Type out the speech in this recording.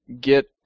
get